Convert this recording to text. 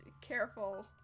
careful